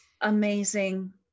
amazing